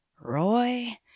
Roy